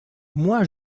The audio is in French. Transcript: moi